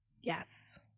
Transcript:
Yes